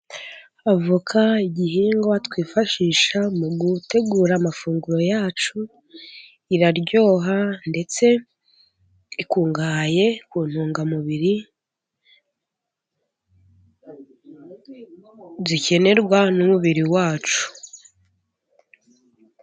Avoka igihingwa twifashisha mu gutegura amafunguro yacu, iraryoha ndetse ikungahaye ku ntungamubiri zikenerwa n'umubiri wacu.